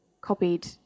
copied